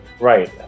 Right